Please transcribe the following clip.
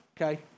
okay